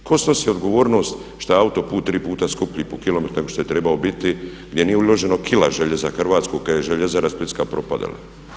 Tko snosi odgovornost šta je autoput tri puta skuplji po kilometru nego što je trebao biti gdje nije uloženo kila želje za Hrvatsku, kad je željezara splitska propadala?